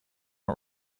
not